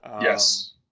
Yes